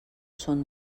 són